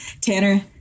Tanner